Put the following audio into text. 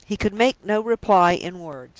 he could make no reply in words.